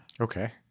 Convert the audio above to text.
Okay